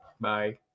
Bye